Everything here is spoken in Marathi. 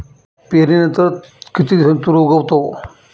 पेरणीनंतर किती दिवसांनी तूर उगवतो?